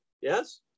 Yes